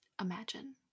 imagine